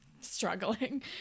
struggling